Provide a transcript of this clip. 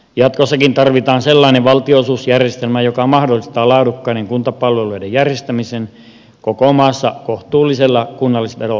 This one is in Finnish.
jatkossakin tarvitaan sellainen valtionosuusjärjestelmä joka mahdollistaa laadukkaiden kuntapalveluiden järjestämisen koko maassa kohtuullisella kunnallisveroasteella